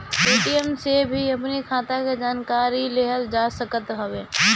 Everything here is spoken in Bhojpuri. ए.टी.एम से भी अपनी खाता के जानकारी लेहल जा सकत हवे